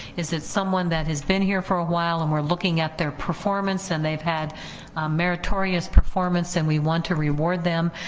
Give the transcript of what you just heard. is it someone that has been here for a while and we're looking at performance performance and they've had meritorious performance and we want to reward them,